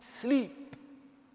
Sleep